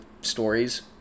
stories